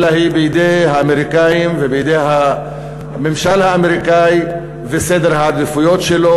אלא היא בידי האמריקנים ובידי הממשל האמריקני וסדר העדיפויות שלו,